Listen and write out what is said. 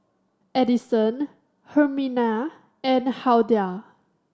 Adyson Herminia and Hulda